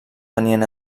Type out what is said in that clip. tenien